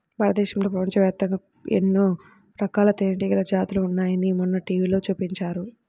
భారతదేశంలో, ప్రపంచవ్యాప్తంగా ఎన్నో రకాల తేనెటీగల జాతులు ఉన్నాయని మొన్న టీవీలో చూపించారు